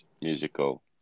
musical